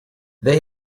they